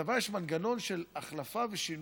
בצבא יש מנגנון מצוין של החלפה ושינויים.